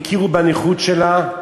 הכירו בנכות שלה,